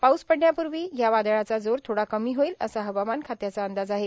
पाऊस पडण्यापूर्वी या वादळाचा जोर थोडा कमी होईल असा हवामान खात्याचा अंदाज आहे